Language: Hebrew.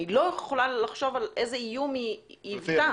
אני לא יכולה לחשוב על איזה איום היא היוותה.